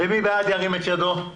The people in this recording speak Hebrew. מי בעד אישור הסעיף?